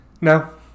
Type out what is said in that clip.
No